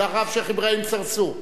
ואחריו, שיח' אברהים צרצור,